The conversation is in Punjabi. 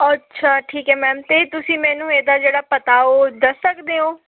ਅੱਛਾ ਠੀਕ ਹੈ ਮੈਮ ਅਤੇ ਤੁਸੀਂ ਮੈਨੂੰ ਇਹਦਾ ਜਿਹੜਾ ਪਤਾ ਉਹ ਦੱਸ ਸਕਦੇ ਹੋ